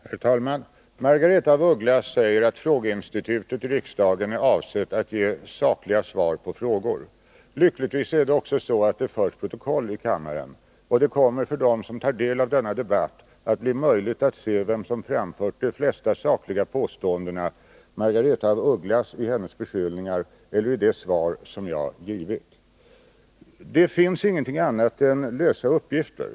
Herr talman! Margaretha af Ugglas säger att frågeinstitutet i riksdagen är avsett att ge sakliga svar på frågor. Lyckligtvis är det också så att det förs protokoll i kammaren. Det kommer för dem som tar del av denna debatt att bli möjligt att se vem som framfört de flesta sakliga påståendena — Margaretha af Ugglas i hennes beskyllningar eller jag i de svar som jag har givit. Det finns ingenting annat än lösa uppgifter.